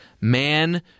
man